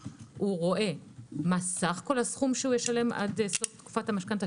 הוא רואה מה סך כל הסכום שישלם עד סוף תקופת המשכנתא,